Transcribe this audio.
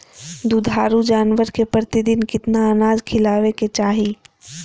दुधारू जानवर के प्रतिदिन कितना अनाज खिलावे के चाही?